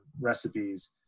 recipes